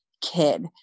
kid